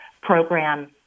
program